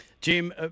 jim